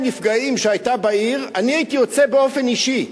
נפגעים שהיתה בעיר אני הייתי יוצא באופן אישי,